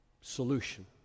solution